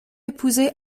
épousé